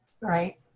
Right